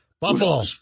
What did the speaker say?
Buffalo